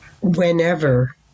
whenever